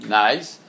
nice